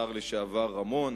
השר לשעבר רמון,